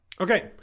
Okay